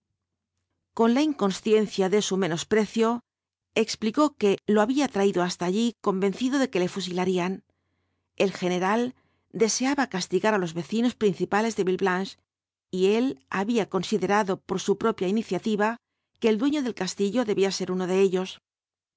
con la inconsciencia de su menosprecio explicó que lo había traído hasta allí convencido de que le fusilarían el general deseaba castigar á los vecinos principales de villeblanche y él había considerado por su propia iniciativa que el dueño del castillo debía ser uno de ellos